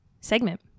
segment